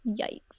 Yikes